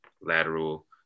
lateral